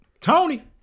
Tony